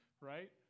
right